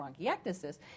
bronchiectasis